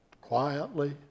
Quietly